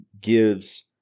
gives